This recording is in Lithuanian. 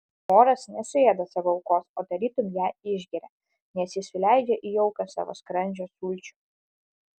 voras nesuėda savo aukos o tarytum ją išgeria nes jis suleidžia į auką savo skrandžio sulčių